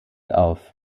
auf